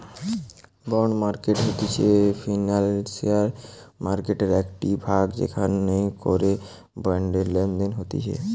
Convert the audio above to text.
bond market হতিছে financial মার্কেটের একটিই ভাগ যেখান করে বন্ডের লেনদেন হতিছে